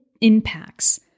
impacts